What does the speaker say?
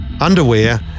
underwear